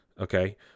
okay